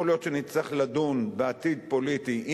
יכול להיות שנצטרך לדון בעתיד פוליטי.